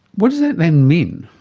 what does that then mean?